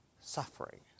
suffering